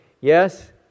Yes